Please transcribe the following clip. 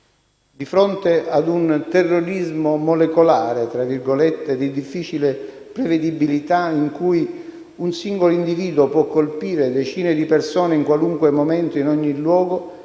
Di fronte ad un «terrorismo molecolare», di difficile prevedibilità, in cui un singolo individuo può colpire decine di persone in qualunque momento e in ogni luogo,